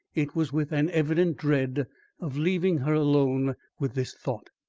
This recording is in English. it was with an evident dread of leaving her alone with this thought.